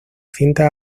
cintas